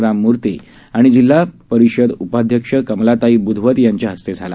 रामामूर्ती आणी जिल्हा परिषदप उपाध्यक्ष कमलताई ब्धवत यांच्या हस्ते करण्यात आला